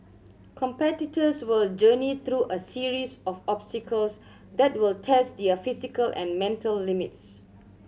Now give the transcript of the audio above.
competitors will journey through a series of obstacles that will test their physical and mental limits